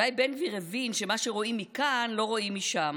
אולי בן גביר הבין שמה שרואים מכאן, לא רואים משם.